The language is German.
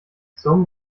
zum